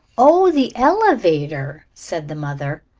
oh, the elevator, said the mother.